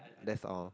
that's all